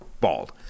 bald